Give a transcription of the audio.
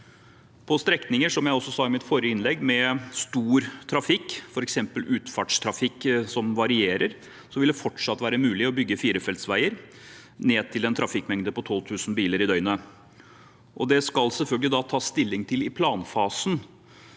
På strekninger med stor trafikk, f.eks. utfartstrafikk som varierer, vil det fortsatt være mulig å bygge firefelts veier ned til en trafikkmengde på 12 000 biler i døgnet. Det skal selvfølgelig da tas stilling til i planfasen